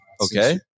Okay